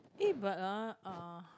eh but ah uh